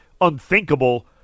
unthinkable